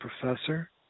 professor